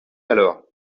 alors